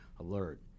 Alert